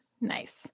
Nice